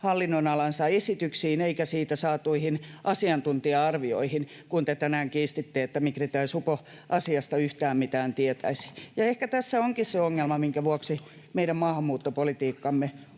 hallinnonalansa esityksiin eikä siitä saatuihin asiantuntija-arvioihin, kun te tänään kiistitte, että Migri tai supo asiasta yhtään mitään tietäisi. Ja ehkä tässä onkin se ongelma, minkä vuoksi meidän maahanmuuttopolitiikkamme